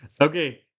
Okay